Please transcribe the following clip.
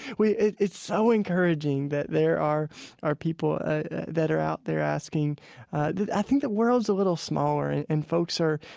we it's so encouraging that there are are people that are out there asking that. i think the world's a little smaller and and folks are,